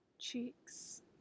cheeks